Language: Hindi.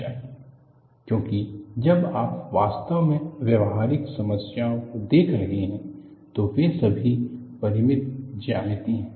multiple radial crack in annular plates क्योंकि जब आप वास्तव में व्यावहारिक समस्याओं को देख रहे हैं तो वे सभी परिमित ज्यामिति हैं